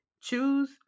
choose